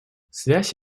связь